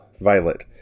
violet